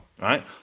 Right